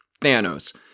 Thanos